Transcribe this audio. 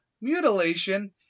mutilation